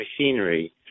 machinery